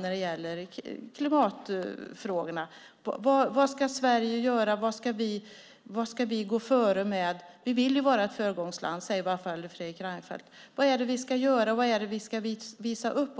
när det gäller klimatet. Vad ska Sverige göra? Vad ska vi gå före med? Vi vill ju vara ett föregångsland - det säger i alla fall Fredrik Reinfeldt. Vad är det vi ska göra? Vad är det vi ska visa upp?